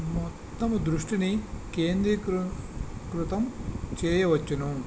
మొత్తం దృష్టిని కేంద్రీకృతం చేయ వచ్చు